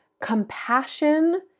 compassion